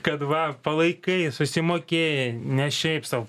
kad va palaikai susimokėjai ne šiaip sau